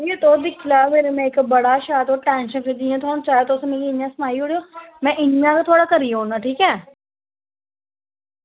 जी तुस दिक्खी लेऔ मेरा मेकअप बड़ा गै शैल टैंशन फ्री जियां तुसें गी चाहिदा इयां तुस मिगी सनाई ओड़ेओ में इयां गै थुआढ़ा करी ओड़ना ठीक ऐ